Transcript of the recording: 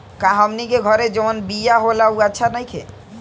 का हमनी के घरे जवन बिया होला उ अच्छा नईखे?